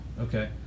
okay